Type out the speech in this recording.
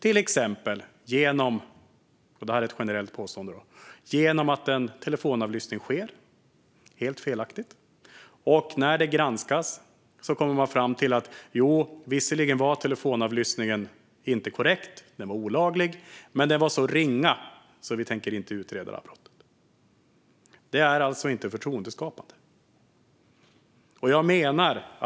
Ett exempel kan vara - och det är ett generellt påstående - att en telefonavlyssning sker helt felaktigt och att man, när det granskas, kommer fram till detta: Jo, visserligen var telefonavlyssningen inte korrekt - den var olaglig. Men det var ett så ringa brott att vi inte tänker utreda det. Detta är inte förtroendeskapande.